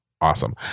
awesome